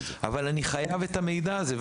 אבל אני חייב את המידע הזה.